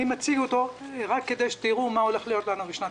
אני מציג אותו רק כדי שתראו מה הולך להיות לנו בשנת